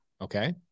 Okay